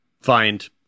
find